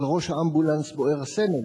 על ראש האמבולנס בוער הסמל.